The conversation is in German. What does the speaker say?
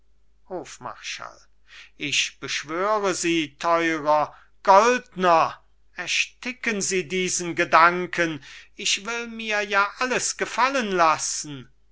hofmarschall ich beschwöre sie theurer goldner ersticken sie diesen gedanken ich will mir ja alles gefallen lassen